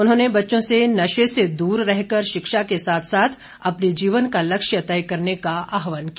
उन्होंने बच्चों से नशे से दूर रहकर शिक्षा के साथ साथ अपने जीवन का लक्ष्य तय करने का आह्वान किया